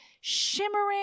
shimmering